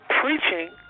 preaching